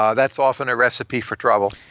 um that's often a recipe for trouble.